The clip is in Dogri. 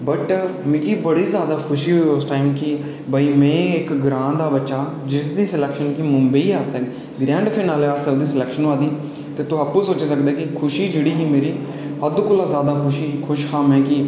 बट मिगी बड़ी ज़्यादा खुशी होई उस टाइम पर कि में इक ग्राँ दा बच्चा जिस दी सिलेक्शन मुम्बई आस्तै ग्रैड़ं फिनाले आस्तै ओह्दी सिलेक्शन होआ दी तुस आपूं सोची सकदे ओ खुशी जेह्ड़ी ही मेरी हद्द कोला ज़्यादा खुश हा में